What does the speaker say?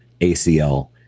ACL